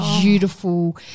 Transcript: beautiful